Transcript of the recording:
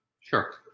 Sure